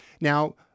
Now